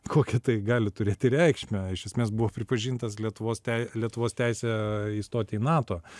kokią tai gali turėti reikšmę iš esmės buvo pripažintas lietuvos tei lietuvos teisė įstoti į nato